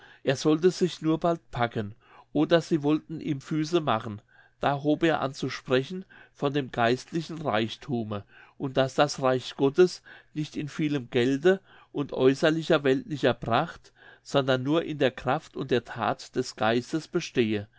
er sollte sich nur bald packen oder sie wollten ihm füße machen da hob er an zu sprechen von dem geistlichen reichthume und daß das reich gottes nicht in vielem gelde und äußerlicher weltlicher pracht sondern nur in der kraft und that des geistes bestehe